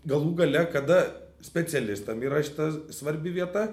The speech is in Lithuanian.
galų gale kada specialistam yra šita svarbi vieta